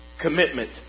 commitment